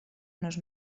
unos